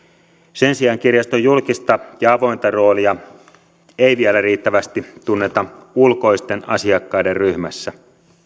sen sijaan kirjaston julkista ja avointa roolia ei vielä riittävästi tunneta ulkoisten asiakkaiden ryhmässä